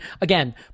again